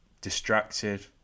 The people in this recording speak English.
distracted